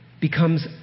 becomes